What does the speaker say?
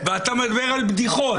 ואתה מדבר על בדיחות.